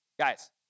Guys